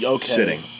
sitting